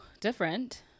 different